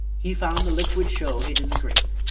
he found the liquid show hid in the grape.